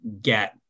get